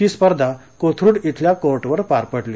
ही स्पर्धा कोथरुड इथल्या कोरिर पार पडली